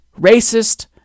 racist